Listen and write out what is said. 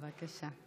בבקשה.